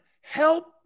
Help